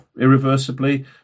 irreversibly